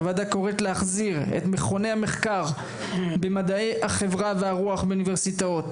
הוועדה קוראת להחזיר את מכוני המחקר במדעי החברה והרוח באוניברסיטאות,